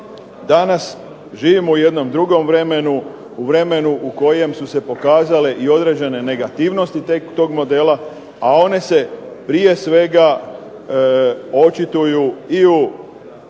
danas živimo u jednom drugom vremenu, u vremenu u kojem su se pokazale i određene negativnosti tog modela, a one se prije svega očituju i u